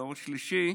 דור שלישי,